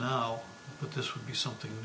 now but this would be something